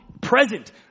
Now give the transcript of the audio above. present